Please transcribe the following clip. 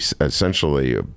essentially